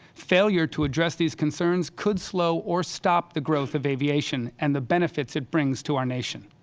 failure to address these concerns could slow or stop the growth of aviation and the benefits it brings to our nation.